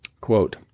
Quote